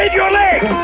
ah your legs!